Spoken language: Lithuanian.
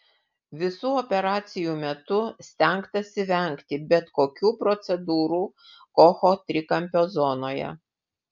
visų operacijų metu stengtasi vengti bet kokių procedūrų kocho trikampio zonoje